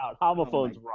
Homophones